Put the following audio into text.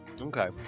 Okay